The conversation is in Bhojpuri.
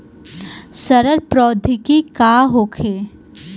सड़न प्रधौगकी का होखे?